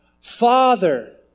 Father